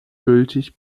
gültig